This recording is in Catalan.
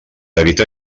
evitar